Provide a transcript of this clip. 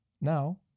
now